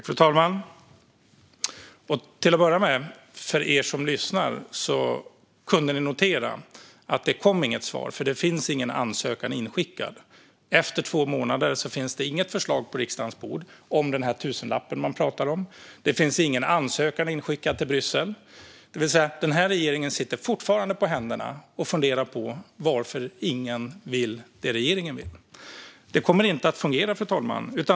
Fru talman! Ni som lyssnar! Till att börja med kunde vi notera att det inte kom något svar. Ansökan har nämligen inte skickats in. Efter två månader finns det inget förslag på riksdagens bord om tusenlappen som man pratar om. Det har inte skickats in någon ansökan till Bryssel. Den här regeringen sitter alltså fortfarande på händerna och funderar på varför ingen vill det som regeringen vill. Fru talman! Det kommer inte att fungera.